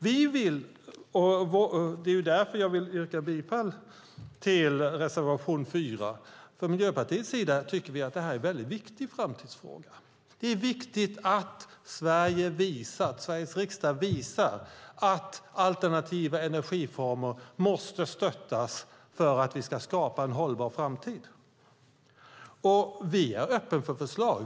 Vi vill, och det är därför jag vill yrka bifall till reservation 4. Från Miljöpartiets sida tycker vi att det här är en väldigt viktig framtidsfråga. Det är viktigt att Sveriges riksdag visar att alternativa energiformer måste stöttas för att vi ska skapa en hållbar framtid. Vi är öppna för förslag.